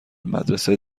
مدرسه